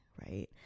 right